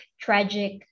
tragic